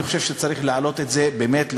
אני חושב שצריך להעלות את זה ולתת,